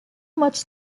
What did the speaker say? much